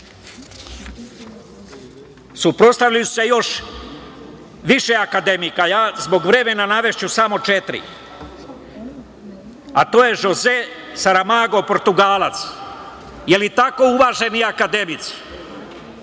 Suprotstavili su se još više akademika. Zbog vremena navešću samo četiri, a to je Žoze Saramago, Portugalac. Da li je tako uvaženi akademici?